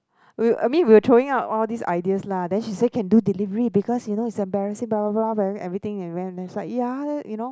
w~ I mean we were throwing out all this ideas lah then she say can do delivery because you know it's embarrassing blah blah blah everything ya then you know